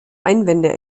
einwände